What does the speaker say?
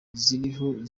ziriho